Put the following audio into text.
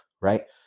right